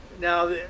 Now